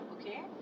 Okay